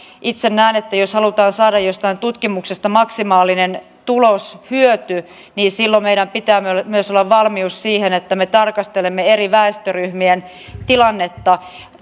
itse näen että jos halutaan saada jostain tutkimuksesta maksimaalinen tuloshyöty niin silloin meillä pitää myös myös olla valmius siihen että me tarkastelemme eri väestöryhmien tilannetta